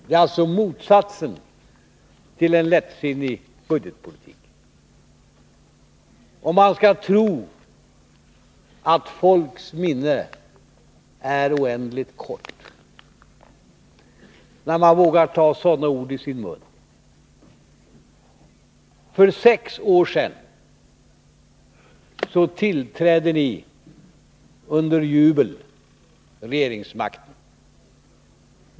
Vad vi gör är motsatsen till en lättsinnig budgetpolitik. Man måste tro att folks minne är oändligt kort när man vågar ta sådana ord som lättsinne i sin mun. För sex år sedan tillträdde ni under jubel regeringsmakten.